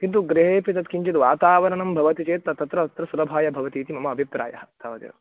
किन्तु गृहेपि तत् किञ्जिद्वातावरणं भवति चेत् त तत्र अत्र सुलभाय भवतीति मम अभिप्रायः तावदेव